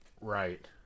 right